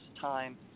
time